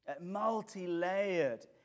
multi-layered